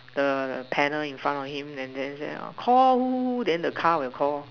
the panel in front of him and then Call who who who then the car will Call